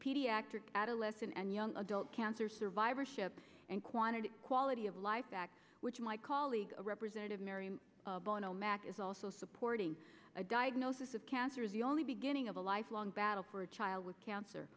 pediatric adolescent and young adult cancer survivorship and quantity quality of life back which my colleague representative mary bono mack is also supporting a diagnosis of cancer is the only beginning of a lifelong battle for a child with cancer